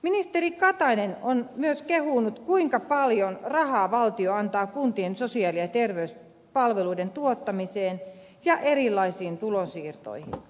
ministeri katainen on myös kehunut kuinka paljon rahaa valtio antaa kuntien sosiaali ja terveyspalveluiden tuottamiseen ja erilaisiin tulonsiirtoihin